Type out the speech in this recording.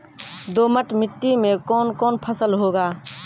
दोमट मिट्टी मे कौन कौन फसल होगा?